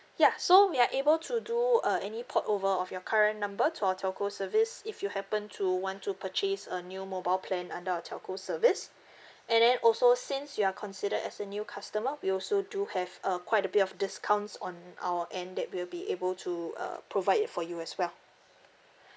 ya so we are able to do uh any port over of your current number to our telco service if you happen to want to purchase a new mobile plan under our telco service and then also since you are considered as a new customer we also do have uh quite a bit of discounts on our end that we will be able to uh provide it for you as well